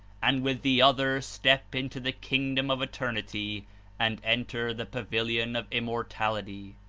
and with the other step into the kingdom of eternity and enter the pavilion of immortality.